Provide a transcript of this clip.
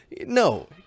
no